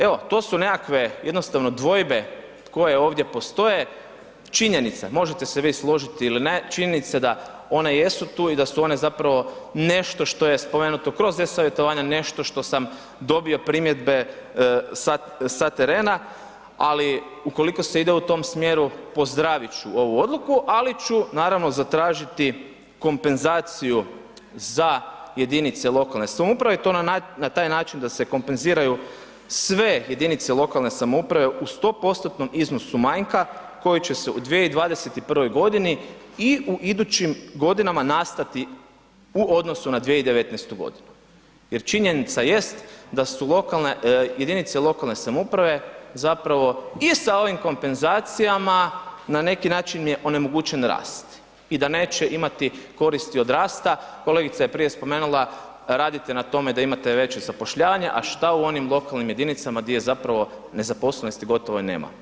Evo, to su nekakve jednostavno dvojbe koje ovdje postoje, činjenica, možete se vi složiti ili ne, činjenica je da one jesu tu i da su one zapravo nešto što je spomenuto kroz e-savjetovanje, nešto što sam dobio primjedbe sa terena ali ukoliko se ide u tom smjeru, pozdravit ću ovu odluku ali ću naravno zatražiti kompenzaciju za jedinice lokalne samouprave i to na taj način da se kompenziraju sve jedinice lokalne samouprave u 100%-tnom iznosu manjka koji će se u 2021. g. i u idućim godinama nastati u odnosu na 2019. g. jer činjenica jest da su jedinice lokalne samouprave zapravo i sa ovim kompenzacijama na neki način im je onemogućen rast i da neće imati koristi od rasta, kolegica je prije spomenula, radite na tome da imate veće zapošljavanje, a šta u onim lokalnim jedinicama di zapravo nezaposlenosti gotovo i nema?